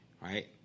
Right